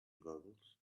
googles